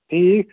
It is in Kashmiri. ٹھیٖک